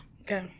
Okay